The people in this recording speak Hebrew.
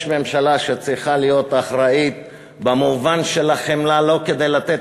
יש ממשלה שצריכה להיות אחראית במובן של החמלה לא כדי לתת